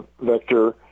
vector